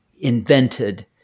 invented